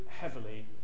heavily